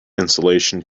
insulation